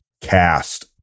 cast